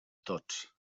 tots